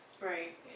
Right